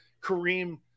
Kareem